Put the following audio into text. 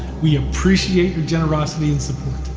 we appreciate your generosity and support!